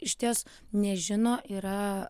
išties nežino yra